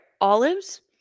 olives